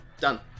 Done